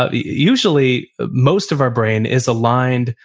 ah usually most of our brain is aligned,